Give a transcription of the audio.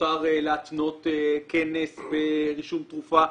מותר להתנות כנס ברישום תרופה,